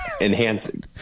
enhancing